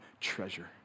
treasure